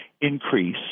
increase